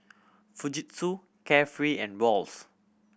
Fujitsu Carefree and Wall's